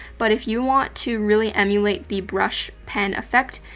but if you want to really emulate the brush pen effect,